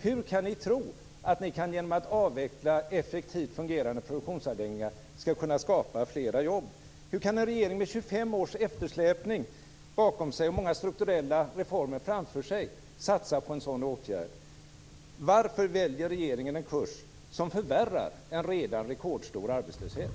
Hur kan ni tro att ni genom att avveckla effektivt fungerande produktionsansläggningar skall kunna skapa fler jobb? Hur kan en regering med 25 års eftersläpning bakom sig och många strukturella reformer framför sig satsa på en sådan åtgärd? Varför väljer regeringen en kurs som förvärrar en redan rekordhög arbetslöshet?